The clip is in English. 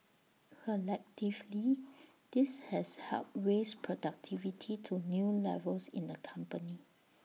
collectively this has helped raise productivity to new levels in the company